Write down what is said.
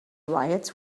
riots